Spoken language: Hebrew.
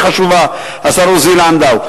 השר עוזי לנדאו,